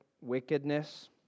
wickedness